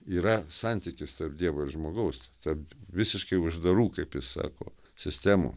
yra santykis tarp dievo ir žmogaus tarp visiškai uždarų kaip jis sako sistemų